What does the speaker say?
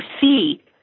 see